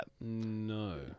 No